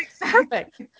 Perfect